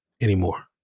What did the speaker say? anymore